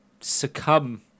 succumb